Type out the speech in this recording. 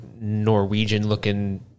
Norwegian-looking